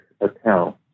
account